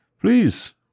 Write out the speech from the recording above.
Please